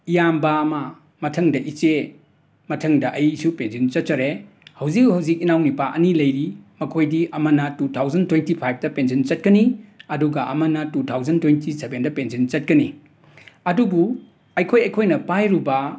ꯏꯌꯥꯝꯕ ꯑꯃ ꯃꯊꯪꯗ ꯏꯆꯦ ꯃꯊꯪꯗ ꯏꯩꯖꯨ ꯄꯦꯟꯖꯤꯟ ꯆꯠꯆꯔꯦ ꯍꯧꯖꯤꯛ ꯍꯧꯖꯤꯛ ꯏꯅꯥꯎꯅꯤꯄꯥ ꯑꯅꯤ ꯂꯩꯔꯤ ꯃꯈꯣꯏꯗꯤ ꯑꯃꯅ ꯇꯨ ꯊꯥꯎꯖꯟ ꯇꯣꯏꯟꯇꯤ ꯐꯥꯏꯕꯇ ꯄꯦꯟꯖꯟ ꯆꯠꯀꯅꯤ ꯑꯗꯨꯒ ꯑꯃꯅ ꯇꯨ ꯊꯥꯎꯖꯟ ꯇꯣꯏꯟꯇꯤ ꯁꯕꯦꯟꯗ ꯄꯦꯟꯖꯟ ꯆꯠꯀꯅꯤ ꯑꯗꯨꯕꯨ ꯑꯩꯈꯣꯏ ꯑꯩꯈꯣꯏꯅ ꯄꯥꯏꯔꯨꯕ